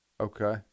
Okay